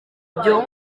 byo